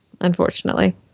Unfortunately